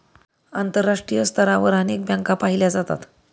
आंतरराष्ट्रीय स्तरावर अनेक बँका पाहिल्या जातात